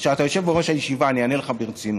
כשאתה יושב בראש הישיבה, אני אענה לך ברצינות.